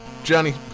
johnny